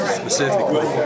specifically